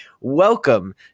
Welcome